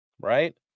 Right